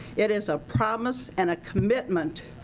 it is a promise and a commitment,